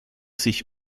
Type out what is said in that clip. sich